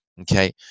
okay